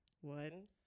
One